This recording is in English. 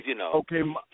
Okay